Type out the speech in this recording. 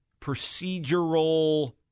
procedural